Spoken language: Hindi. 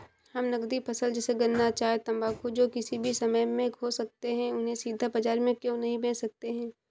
हम नगदी फसल जैसे गन्ना चाय तंबाकू जो किसी भी समय में हो सकते हैं उन्हें सीधा बाजार में क्यो नहीं बेच सकते हैं?